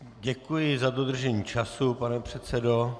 Děkuji za dodržení času, pane předsedo.